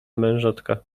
mężatka